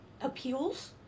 appeals